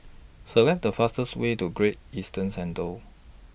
Select The fastest Way to Great Eastern Centre